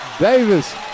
Davis